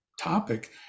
topic